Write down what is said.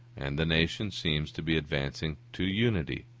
and the nations seem to be advancing to unity.